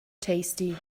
tasty